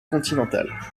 continentale